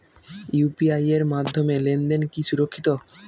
UPI এর মাধ্যমে লেনদেন কি সুরক্ষিত?